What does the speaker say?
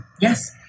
Yes